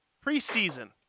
pre-season